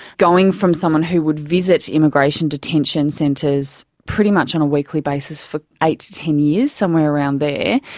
going from someone who would visit immigration detention centres pretty much on a weekly basis for eight to ten years, somewhere around there,